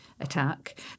attack